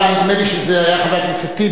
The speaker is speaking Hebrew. נדמה לי שזה היה חבר הכנסת טיבי,